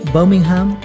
Birmingham